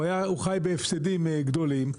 הוא חי בהפסדים גדולים,